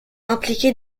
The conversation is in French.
impliqué